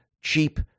cheap